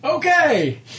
Okay